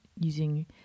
using